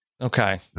Okay